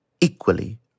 Equally